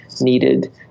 needed